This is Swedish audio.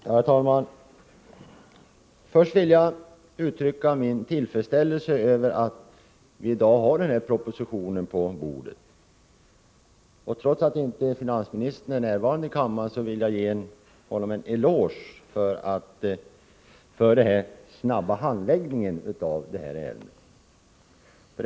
Herr talman! Först vill jag uttrycka min tillfredsställelse över att vi i dag har den här propositionen på riksdagens bord. Trots att finansministern inte är närvarande i kammaren vill jag ge honom en eloge för hans snabba handläggning av det här ärendet.